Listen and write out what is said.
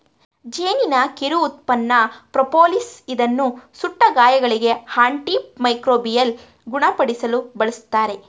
ಜೇನಿನ ಕಿರು ಉತ್ಪನ್ನ ಪ್ರೋಪೋಲಿಸ್ ಇದನ್ನು ಸುಟ್ಟ ಗಾಯಗಳಿಗೆ, ಆಂಟಿ ಮೈಕ್ರೋಬಿಯಲ್ ಗುಣಪಡಿಸಲು ಬಳ್ಸತ್ತರೆ